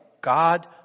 God